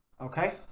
Okay